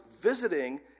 visiting